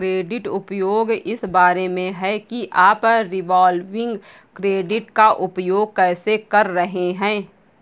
credit उपयोग इस बारे में है कि आप रिवॉल्विंग क्रेडिट का उपयोग कैसे कर रहे हैं